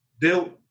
built